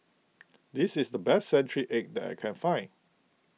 this is the best Century Egg that I can find